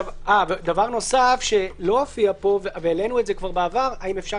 דבר שלא הופיע פה והעלינו כבר בעבר האם אפשר